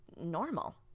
normal